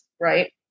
right